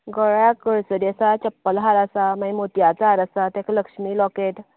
गळ्याक गळसरी आसा चप्पल हार आसा मागीर मोतीयाचो हार आसा तेका लक्ष्मी लाॅकेट